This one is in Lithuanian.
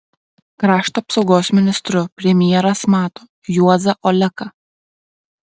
krašto apsaugos ministru premjeras mato juozą oleką